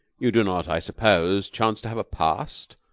you do not, i suppose, chance to have a past?